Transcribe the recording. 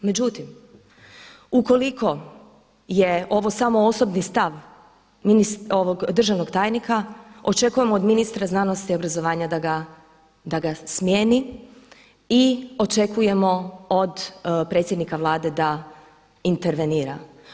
Međutim, ukoliko je ovo samo osobni stav državnog tajnika očekujemo od ministra znanosti i obrazovanja da ga smijeni i očekujemo od predsjednika Vlade da intervenira.